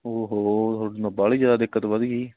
ਓ ਹੋ ਬਾਹਲੀ ਜ਼ਿਆਦਾ ਦਿੱਕਤ ਵਧ ਗਈ